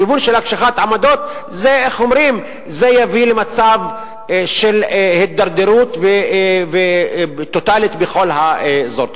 כיוון של הקשחת עמדות יביא למצב של הידרדרות טוטלית בכל האזור.